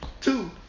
Two